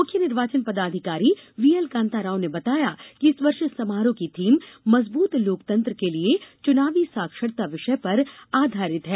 मुख्य निर्वाचन पदाधिकारी वी एल कांताराव ने बताया कि इस वर्ष समारोह की थीम मजबूत लोकतंत्र के लिये चुनावी साक्षरता विषय पर आधारित है